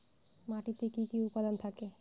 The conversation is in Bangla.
মাটিতে কি কি উপাদান থাকে?